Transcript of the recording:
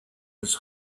his